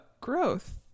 growth